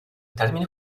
termine